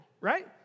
right